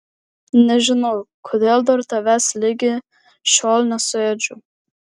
nežinau kodėl dar tavęs ligi šiol nesuėdžiau